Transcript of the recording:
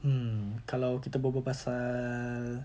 um kalau kita berbual pasal